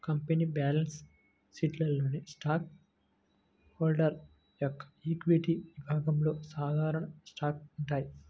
company balance షీట్లోని stockholder యొక్క equity విభాగంలో సాధారణ స్టాక్స్ ఉంటాయి